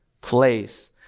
place